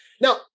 Now